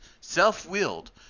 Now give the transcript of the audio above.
self-willed